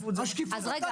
אתה תדע